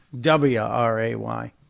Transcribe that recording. W-R-A-Y